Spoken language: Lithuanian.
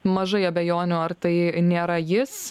mažai abejonių ar tai nėra jis